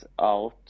out